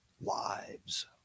lives